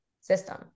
system